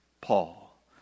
Paul